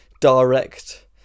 direct